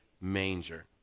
manger